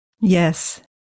Yes